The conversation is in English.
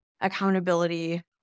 accountability